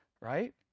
Right